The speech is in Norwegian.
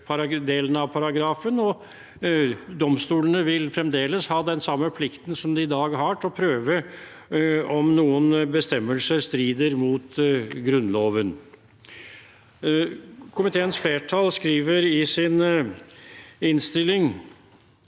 domstolene vil fremdeles ha den samme plikten som de i dag har til å prøve om noen bestemmelser strider mot Grunnloven. Komiteens flertall skriver i sin innstilling: